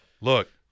look